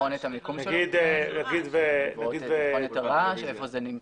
לבחון היכן זה נמצא.